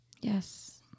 Yes